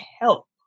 help